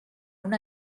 una